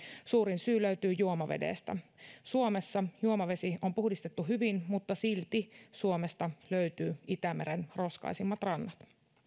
suurin syy löytyy juomavedestä suomessa juomavesi on puhdistettu hyvin mutta silti suomesta löytyy itämeren roskaisimmat rannat